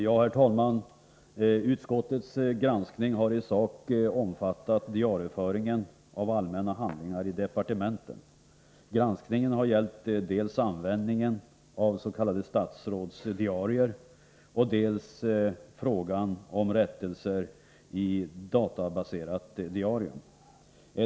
Herr talman! Utskottets granskning har i sak omfattat diarieföringen av allmänna handlingar i departementen. Granskningen har gällt dels användningen av s.k. statsrådsdiarier, dels frågan om rättelser i databaserat diarium.